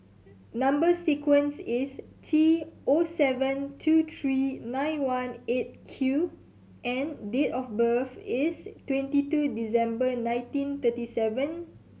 number sequence is T O seven two three nine one Eight Q and date of birth is twenty two December nineteen thirty seven